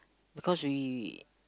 because we